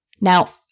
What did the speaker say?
Now